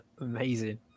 amazing